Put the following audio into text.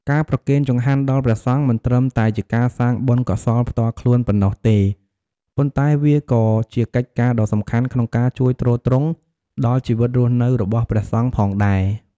ការប្រគេនចង្ហាន់ដល់ព្រះសង្ឃមិនត្រឹមតែជាការសាងបុណ្យកុសលផ្ទាល់ខ្លួនប៉ុណ្ណោះទេ ប៉ុន្តែវាក៏ជាកិច្ចការដ៏សំខាន់ក្នុងការជួយទ្រទ្រង់ដល់ជីវិតរស់នៅរបស់ព្រះសង្ឃផងដែរ។